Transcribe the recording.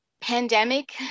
pandemic